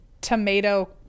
tomato